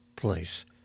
place